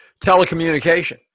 telecommunication